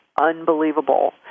unbelievable